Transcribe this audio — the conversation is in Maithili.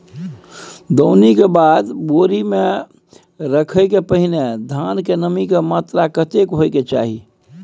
दौनी के बाद बोरी में रखय के पहिने धान में नमी के मात्रा कतेक होय के चाही?